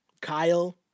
Kyle